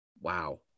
Wow